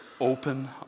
open